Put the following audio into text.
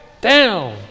down